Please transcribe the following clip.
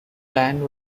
plan